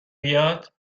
بیاد